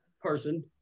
person